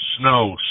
snow